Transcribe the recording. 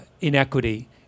inequity